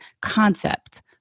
concept